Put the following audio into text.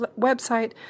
website